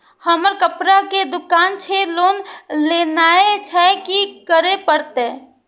हमर कपड़ा के दुकान छे लोन लेनाय छै की करे परतै?